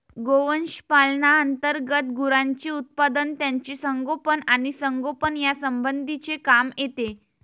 गोवंश पालना अंतर्गत गुरांचे उत्पादन, त्यांचे संगोपन आणि संगोपन यासंबंधीचे काम येते